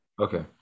Okay